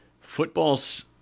Football's